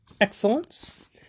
excellence